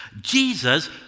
Jesus